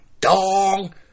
dong